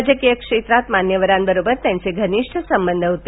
राजकीय क्षेत्रात मान्यवरांबरोबर त्यांचे घनिष्ठ संबंध होते